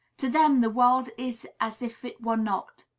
to them the world is as if it were not.